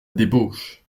débauche